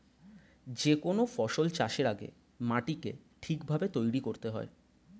যে কোনো ফসল চাষের আগে মাটিকে ঠিক ভাবে তৈরি করতে হয়